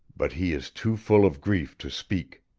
but he is too full of grief to speak.